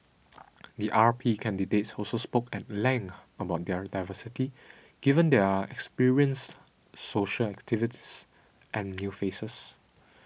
the R P candidates also spoke at length about their diversity given there are experienced social activists and new faces